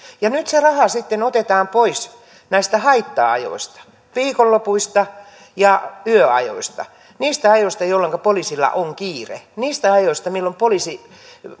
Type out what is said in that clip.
ja nyt se raha sitten otetaan pois näistä haitta ajoista viikonlopuista ja yöajoista niistä ajoista jolloinka poliisilla on kiire niistä ajoista milloin poliisi